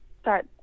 start